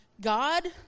God